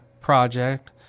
Project